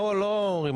לא אומרים